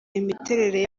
imiterere